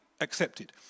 accepted